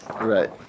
Right